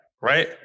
Right